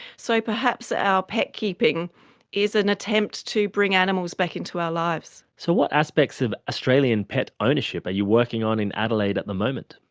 so perhaps our pet keeping is an attempt to bring animals back into our lives. so what aspects of australian pet ownership are you working on in adelaide at the moment?